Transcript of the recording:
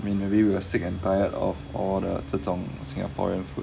I mean maybe we are sick and tired of all the 这种 singaporean food